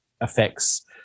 affects